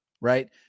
right